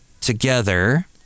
Together